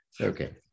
Okay